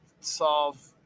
solve